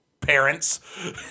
parents